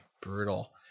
brutal